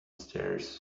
stairs